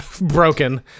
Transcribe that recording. broken